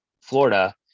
Florida